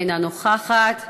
אינה נוכחת.